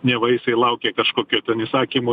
neva jisai laukė kažkokio ten įsakymo